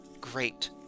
great